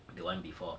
the one before